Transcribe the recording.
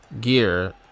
gear